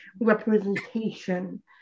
representation